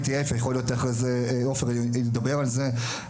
MITF יכול להיות אחרי זה עופר ידבר על זה,